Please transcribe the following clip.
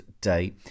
day